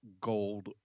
gold